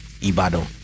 Ibado